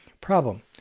Problem